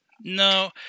No